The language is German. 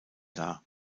dar